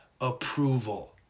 approval